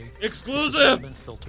Exclusive